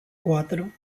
cuatro